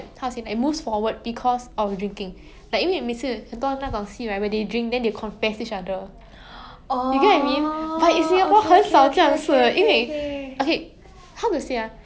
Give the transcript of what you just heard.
ya